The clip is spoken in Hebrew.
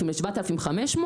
הדבר